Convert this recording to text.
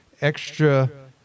extra